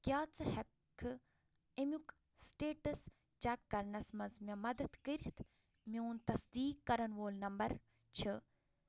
کیٛاہ ژٕ ہٮ۪ککھٕ امیُک سِٹیٚٹس چیک کرنس منٛز مےٚ مدد کٔرِتھ میون تصدیٖق کَرن وول نمبر چھُ